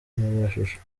mashusho